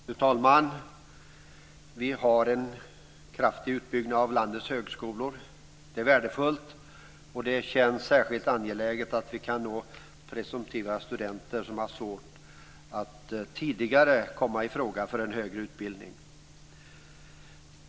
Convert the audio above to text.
Fru talman! Vi har en kraftig utbyggnad av landets högskolor. Det är värdefullt, och det känns särskilt angeläget att vi kan nå presumtiva studenter som tidigare har haft svårt att komma i fråga för en högre utbildning.